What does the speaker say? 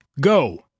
Go